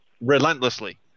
relentlessly